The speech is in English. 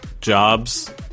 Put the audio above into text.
jobs